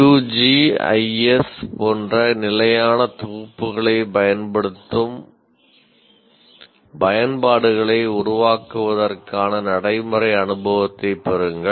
QGIS போன்ற நிலையான தொகுப்புகளைப் பயன்படுத்தும் பயன்பாடுகளை உருவாக்குவதற்கான நடைமுறை அனுபவத்தைப் பெறுங்கள்